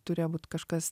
turėjo būt kažkas